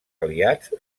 aliats